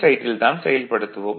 சைடில் தான் செயல்படுத்துவோம்